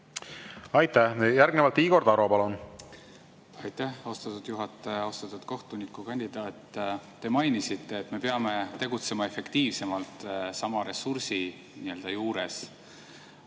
Aitäh! Järgnevalt Igor Taro, palun! Aitäh, austatud juhataja! Austatud kohtunikukandidaat! Te mainisite, et me peame tegutsema efektiivsemalt sama ressursi juures.